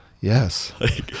Yes